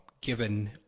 given